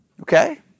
Okay